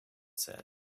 said